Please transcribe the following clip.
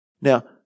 Now